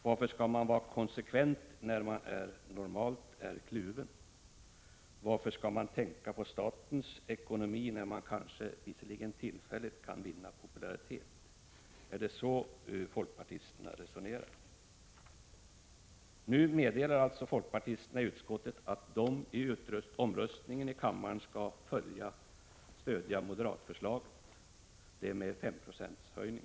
Varför skall man vara konsekvent när man normalt är kluven? Varför skall man tänka på statens ekonomi när man kanske, visserligen tillfälligt, kan vinna popularitet? Är det så folkpartisterna resonerar? | Nu meddelar alltså folkpartisterna i utskottet att de vid omröstningen i Prot. 1985/86:130 | kammaren skall stödja moderatförslaget, det med 5 26 höjning.